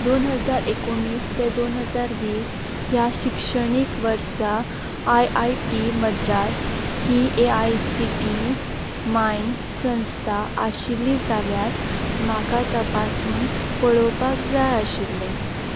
दोन हजार एकुणीस ते दोन हजार वीस ह्या शिक्षणीक वर्सा आय आय टी मद्रास ही A I C T E मान्य संस्था आशिल्ली जाल्यार म्हाका तपासून पळोवपाक जाय आशिल्लें